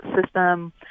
system